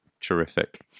Terrific